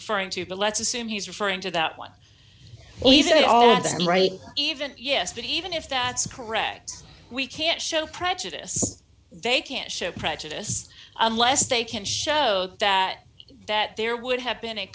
referring to but let's assume he's referring to that one he said all of them right even yes but even if that's correct we can't show prejudice they can't show prejudice unless they can show that that there would have been a